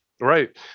Right